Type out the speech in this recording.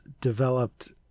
developed